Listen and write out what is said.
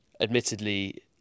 admittedly